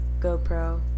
GoPro